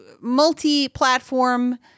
multi-platform